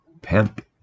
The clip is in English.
pimp